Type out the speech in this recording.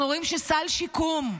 אנחנו רואים שסל שיקום,